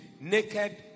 naked